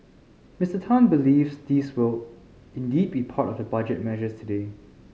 Mister Tan believes these will indeed be part of the Budget measures today